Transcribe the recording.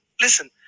Listen